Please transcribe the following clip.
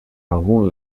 algun